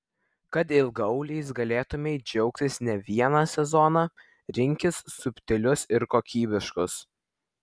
kad ilgaauliais galėtumei džiaugtis ne vieną sezoną rinkis subtilius ir kokybiškus